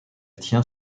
tient